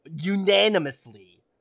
unanimously